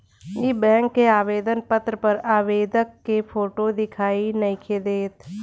इ बैक के आवेदन पत्र पर आवेदक के फोटो दिखाई नइखे देत